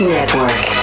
Network